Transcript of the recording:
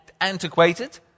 antiquated